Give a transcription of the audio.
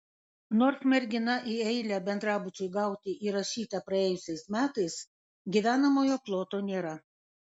nors mergina į eilę bendrabučiui gauti įrašyta praėjusiais metais gyvenamojo ploto nėra